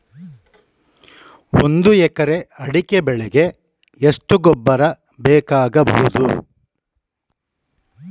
ಒಂದು ಎಕರೆ ಅಡಿಕೆ ಬೆಳೆಗೆ ಎಷ್ಟು ಗೊಬ್ಬರ ಬೇಕಾಗಬಹುದು?